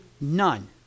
None